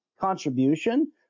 contribution